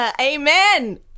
Amen